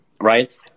right